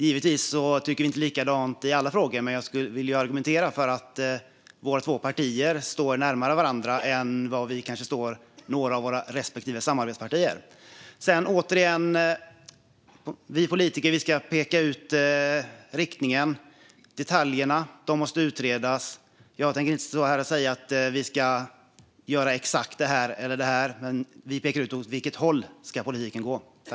Givetvis tycker vi inte likadant i alla frågor, men jag vill argumentera för att våra två partier står närmare varandra än vi kanske står några av våra respektive samarbetspartier. Återigen - vi politiker ska peka ut riktningen. Detaljerna måste utredas. Jag tänker inte stå här och säga att vi ska göra exakt det ena eller det andra. Men vi pekar ut åt vilket håll politiken ska gå.